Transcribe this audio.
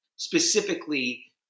Specifically